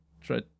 try